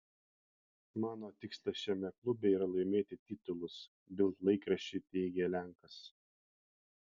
mano tikslas šiame klube yra laimėti titulus bild laikraščiui teigė lenkas